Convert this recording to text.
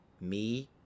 Me